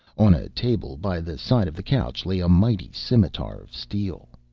on a table by the side of the couch lay a mighty scimitar of steel.